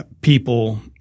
people